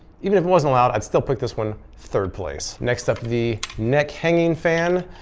even if it wasn't loud, i'd still pick this one third place. next up the neck hanging fan.